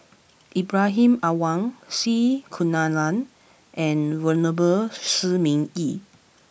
Ibrahim Awang C Kunalan and Venerable Shi Ming Yi